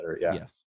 Yes